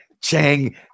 chang